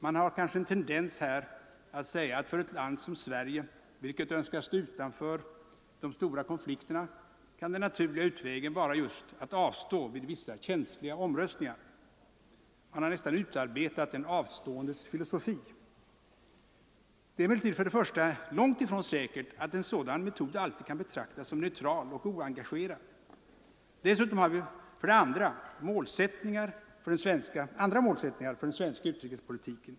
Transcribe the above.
Vi har kanske en tendens att säga att för ett land som Sverige, vilket önskar stå utanför de stora konflikterna, kan den naturliga utvägen vara just att avstå vid vissa känsliga omröstningar. Det har nästan utarbetats en avståendets filosofi. Det är emellertid långt ifrån säkert att en sådan metod alltid kan betraktas som neutral och oengagerad. Dessutom har vi andra målsättningar för den svenska utrikespolitiken.